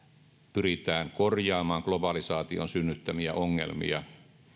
pyritään korjaamaan globalisaation synnyttämiä ongelmia